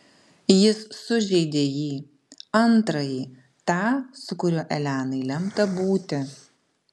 jis sužeidė jį antrąjį tą su kuriuo elenai lemta būti